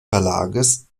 verlages